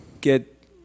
get